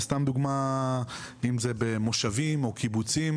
וסתם דוגמה אם זה במושבים או קיבוצים,